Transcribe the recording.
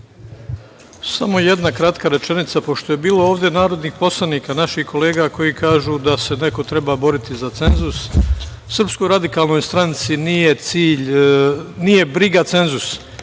Samo jedna kratka rečenica. Pošto je ovde bilo narodnih poslanika, naših kolega, koji kažu da se neko treba boriti za cenzus. Srpskoj radikalnoj stranci nije briga cenzus.